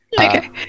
Okay